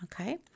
okay